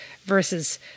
versus